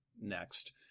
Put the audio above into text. next